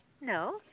no